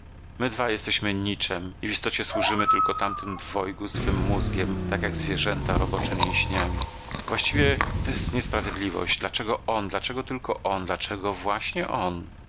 dwaj jesteśmy niczem i w istocie służymy tylko tamtym dwojgu swym mózgiem tak jak zwierzęta robocze mięśniami właściwie to jest niesprawiedliwość dlaczego on dlaczego tylko on dlaczego właśnie on